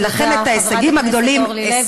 תודה, חברת הכנסת אורלי לוי.